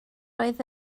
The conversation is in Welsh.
oedd